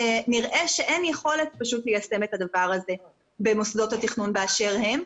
נראה שאין יכולת ליישם את הדבר הזה במוסדות התכנון באשר הם.